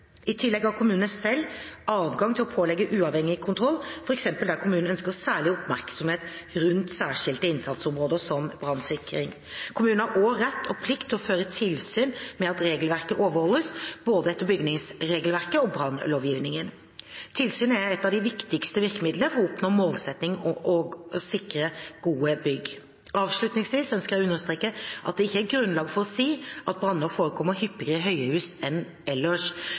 I tillegg har kommunene selv adgang til å pålegge uavhengig kontroll, f.eks. der kommunen ønsker særlig oppmerksomhet rundt særskilte innsatsområder som brannsikring. Kommunene har også rett og plikt til å føre tilsyn med at regelverket overholdes, både etter bygningsregelverket og etter brannlovgivningen. Tilsyn er et av de viktigste virkemidlene for å oppnå målsettingen om sikre og gode bygg. Avslutningsvis ønsker jeg å understreke at det ikke er grunnlag for å si at branner forekommer hyppigere i høyhus enn ellers.